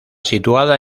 situada